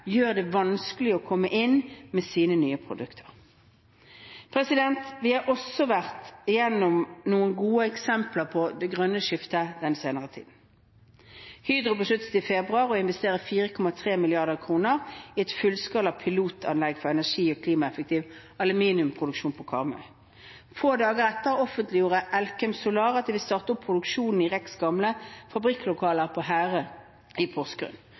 gjør det vanskelig å komme inn med sine nye produkter. Vi har også sett noen gode eksempler på det grønne skiftet den senere tiden. Hydro besluttet i februar å investere 4,3 mrd. kr i et fullskala pilotanlegg for energi- og klimaeffektiv aluminiumproduksjon på Karmøy. Få dager etter offentliggjorde Elkem Solar at de vil starte opp produksjon i RECs gamle fabrikklokaler på Herøya i